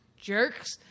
jerks